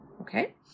Okay